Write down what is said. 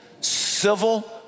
civil